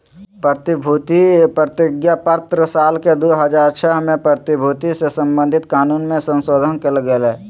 प्रतिभूति प्रतिज्ञापत्र साल के दू हज़ार छह में प्रतिभूति से संबधित कानून मे संशोधन कयल गेलय